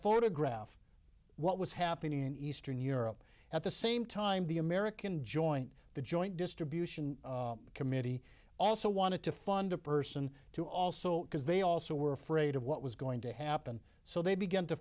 photograph what was happening in eastern europe at the same time the american joint the joint distribution committee also wanted to fund a person to also because they also were afraid of what was going to happen so they began to